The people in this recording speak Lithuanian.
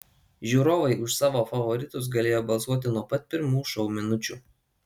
žiūrovai už savo favoritus galėjo balsuoti nuo pat pirmų šou minučių